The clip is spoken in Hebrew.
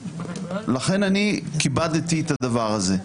ולכן אני כיבדתי את הדבר הזה.